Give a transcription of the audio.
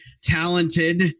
talented